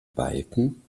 balken